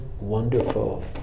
wonderful